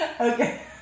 okay